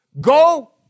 Go